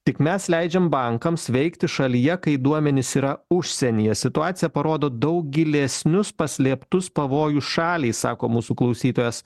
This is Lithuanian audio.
tik mes leidžiam bankams veikti šalyje kai duomenys yra užsienyje situacija parodo daug gilesnius paslėptus pavojus šaliai sako mūsų klausytojas